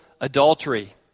adultery